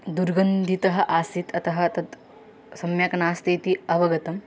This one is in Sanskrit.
दुर्गन्धितः आसीत् अतः तत् सम्यक् नास्ति इति अवगतम्